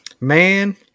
Man